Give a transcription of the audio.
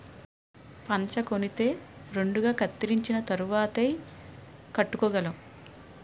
పంచకొనితే రెండుగా కత్తిరించిన తరువాతేయ్ కట్టుకోగలం